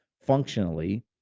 functionally